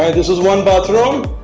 and this is one bathroom